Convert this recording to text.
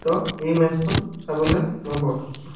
তো এই মেটচখন চাবলৈ মই বৰ উৎসুক